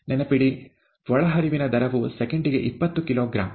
ನೆನಪಿಡಿ ಒಳಹರಿವಿನ ದರವು ಸೆಕೆಂಡಿಗೆ ಇಪ್ಪತ್ತು ಕಿಲೋಗ್ರಾಂ